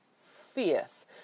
fierce